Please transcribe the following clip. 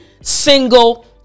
single